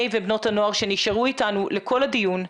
ובנות הנוער שנשארו איתנו לכל הדיון,